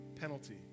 penalty